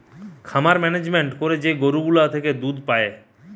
খামার মেনেজমেন্ট করে যে গরু গুলা থেকে দুধ পায়েটে